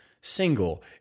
single